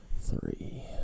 three